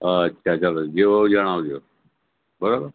અચ્છા ચાલો જે હોય એ જણાવજો બરાબર